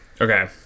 Okay